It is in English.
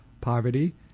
poverty